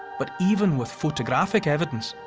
but even with photographic evidence,